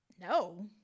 no